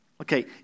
Okay